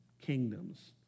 kingdoms